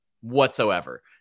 whatsoever